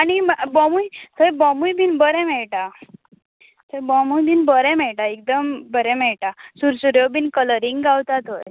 आनी म बॉमूय थंय बॉमूय बीन बरें मेळटा थंय बॉमय बिन बरें मेळटा एकदम बरें मेळटा सुरसुऱ्योय बिन कलरींग गावता थंय